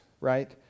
right